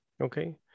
Okay